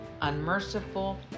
unmerciful